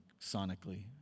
sonically